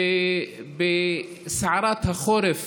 בסערת החורף